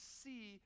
see